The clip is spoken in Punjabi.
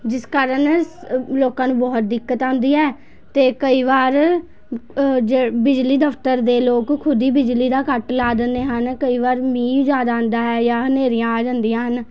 ਜਿਸ ਕਾਰਨ ਸ ਲੋਕਾਂ ਨੂੰ ਬਹੁਤ ਦਿੱਕਤ ਆਉਂਦੀ ਹੈ ਅਤੇ ਕਈ ਵਾਰ ਜੇ ਬਿਜਲੀ ਦਫਤਰ ਦੇ ਲੋਕ ਖੁਦ ਹੀ ਬਿਜਲੀ ਦਾ ਕੱਟ ਲਾ ਦਿੰਦੇ ਹਨ ਕਈ ਵਾਰ ਮੀਂਹ ਜ਼ਿਆਦਾ ਆਉਂਦਾ ਹੈ ਜਾਂ ਹਨੇਰੀਆਂ ਆ ਜਾਂਦੀਆਂ ਹਨ